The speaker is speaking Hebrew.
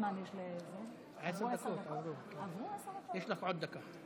יש לך עוד דקה.